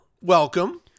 welcome